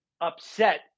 upset